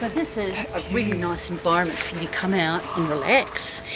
but this is a really nice environment, you come out and relax.